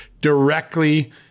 directly